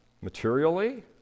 materially